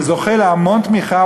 שזוכה להמון תמיכה,